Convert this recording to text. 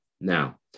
now